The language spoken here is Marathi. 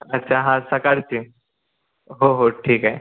अच्छा हां सकाळचे हो हो ठीक आहे